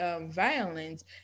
violence